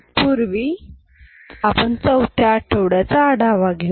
तत्पूर्वी चौथ्या आठवड्याचा आढावा घेऊ